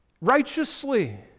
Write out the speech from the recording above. righteously